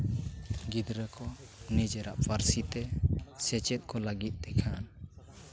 ᱜᱤᱫᱽᱨᱟᱹ ᱠᱚ ᱱᱤᱡᱮᱨᱟᱜ ᱯᱟᱹᱨᱥᱤ ᱛᱮ ᱥᱮᱪᱮᱫ ᱠᱚ ᱞᱟᱹᱜᱤᱫ ᱛᱮ ᱠᱷᱟᱱ